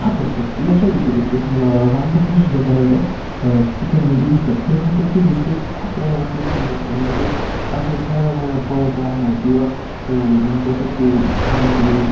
खात असतात याच्या व्यतिरिक्त समजा रानडुकरंसुद्धा बऱ्याचदा पिकांमध्ये घुसतात ते रानडुकरं घुसले की खूप प्रमाणात नुकसान करतात मग ते असं सैराभैरा पळत राहत नाही किंवा मग त्याच्यात ते झाडांची रेऊ